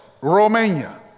Romania